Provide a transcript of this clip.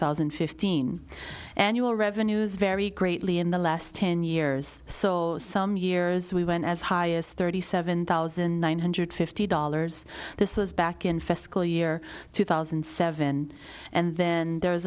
thousand and fifteen annual revenues vary greatly in the last ten years so some years we went as high as thirty seven thousand nine hundred fifty dollars this was back in fiscal year two thousand and seven and then there